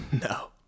No